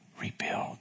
rebuild